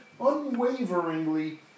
unwaveringly